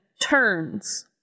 turns